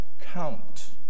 count